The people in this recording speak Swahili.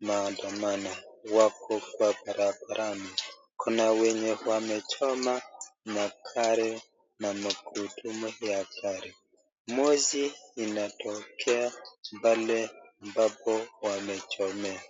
maandamano. Wako kwa barabarani, kuna wenye wamechoma magari na magurudumu ya gari. Moshi inatokea pale ambapo wamechomea.